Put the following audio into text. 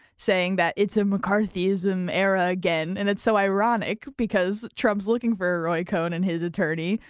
saying that it's a mccarthyism era again. and that's so ironic, because trump is looking for a roy cohn and his attorney,